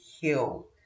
heal